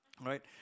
right